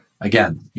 again